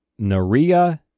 Naria